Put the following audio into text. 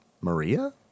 Maria